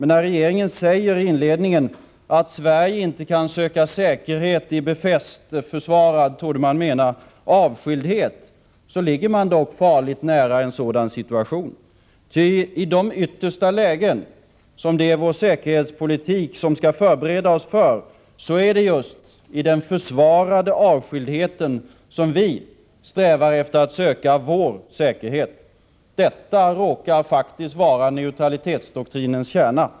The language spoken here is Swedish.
När regeringen säger i inledningen att Sverige inte kan söka säkerhet i befäst — försvarad, torde man mena — avskildhet, ligger man dock farligt nära en sådan situation, ty i de yttersta lägen som vår säkerhetspolitik skall förbereda oss för är det just i den försvarade avskildheten som vi strävar efter att söka vår säkerhet. Detta råkar faktiskt vara neutralitetsdoktrinens kärna.